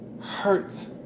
hurts